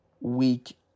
week